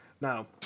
Now